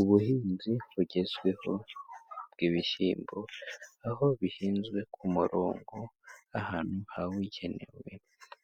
Ubuhinzi bugezweho bw'ibishyimbo, aho bihinzwe ku murongo ahantu habugenewe,